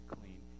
clean